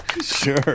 Sure